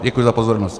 Děkuji za pozornost.